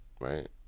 right